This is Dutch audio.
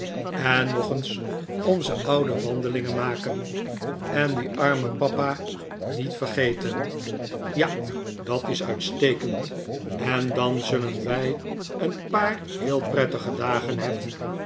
en nog eens onze oude wandelingen maken en dien armen papa niet vergeten ja dat is uitstekend en dan zullen wij een paar heel prettige dagen hebben